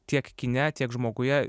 tiek kine tiek žmoguje